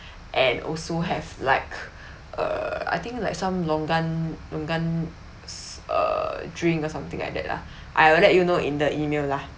and also have like uh I think like some longan longan s~ (err)drink or something like that lah I will let you know in the email lah